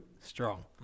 strong